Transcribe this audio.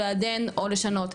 או לעדן או לשנות,